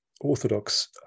Orthodox